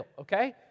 okay